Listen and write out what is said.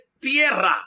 tierra